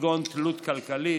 כגון תלות כלכלית,